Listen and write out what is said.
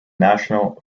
national